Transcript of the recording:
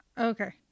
Okay